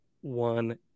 one